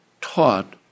taught